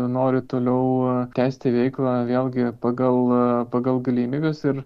nori toliau tęsti veiklą vėlgi pagal pagal galimybes ir